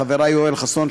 חברי יואל חסון,